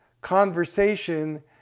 conversation